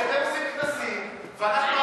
כי אתם עושים כנסים ואנחנו עובדים שבוע אחרי שבוע פה,